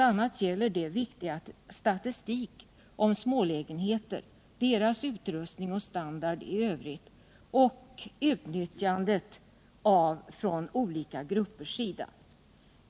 a. gäller det viktig statistik om smålägenheter, deras utrustning och standard i övrigt och om utnyttjandet från olika gruppers sida.